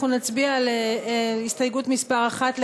אנחנו נצביע על הסתייגות מס' 1,